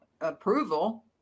approval